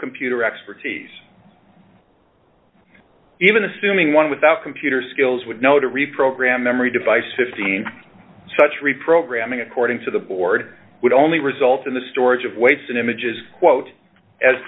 computer expertise even assuming one without computer skills would know to reprogram memory device fifteen such reprogramming according to the board would only result in the storage of wasted images quote as